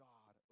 God